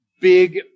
big